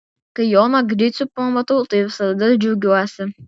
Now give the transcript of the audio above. kai joną gricių pamatau tai visada džiaugiuosi